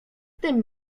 tym